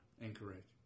Incorrect